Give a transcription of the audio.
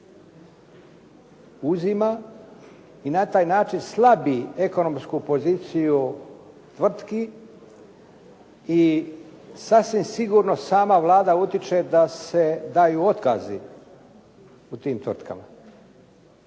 uzima i na taj način slabi ekonomsku poziciju tvrtki i sasvim sigurno sama Vlada utječe da se daju otkazi u tim tvrtkama.